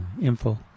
info